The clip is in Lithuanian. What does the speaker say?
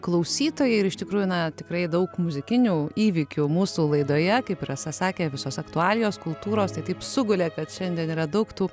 klausytojai ir iš tikrųjų na tikrai daug muzikinių įvykių mūsų laidoje kaip ir rasa sakė visos aktualijos kultūros tai taip sugulė kad šiandien yra daug tų